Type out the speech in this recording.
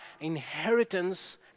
inheritance